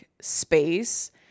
space